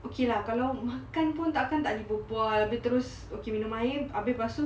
okay lah kalau makan pun takkan tak boleh berbual abeh terus pergi minum air pastu